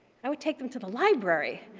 i would take them to the library.